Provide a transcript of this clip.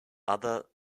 other